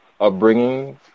upbringing